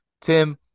Tim